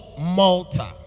Malta